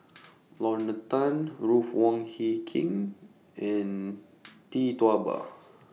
Lorna Tan Ruth Wong Hie King and Tee Tua Ba